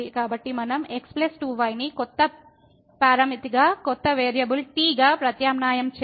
కాబట్టి మనం x 2y ని కొత్త పారామితిగా కొత్త వేరియబుల్ t గా ప్రత్యామ్నాయం చేస్తే